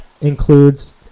includes